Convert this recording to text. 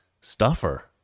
Stuffer